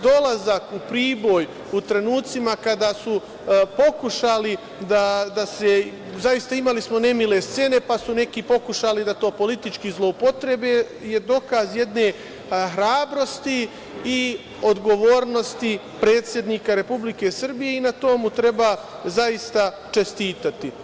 Dolazak u Priboj, u trenucima kada su pokušali, zaista imali smo nemile scene, pa su neki pokušali da to politički zloupotrebe je dokaz jedne hrabrosti i odgovornosti predsednika Republike Srbije i na tome mu treba čestitati.